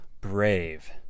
brave